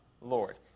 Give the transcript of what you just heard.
Lord